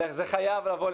זה חייב לבוא,